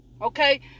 okay